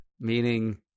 meaning